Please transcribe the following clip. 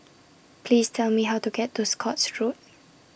Please Tell Me How to get to Scotts Road